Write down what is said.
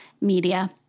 media